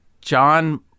john